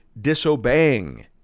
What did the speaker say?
disobeying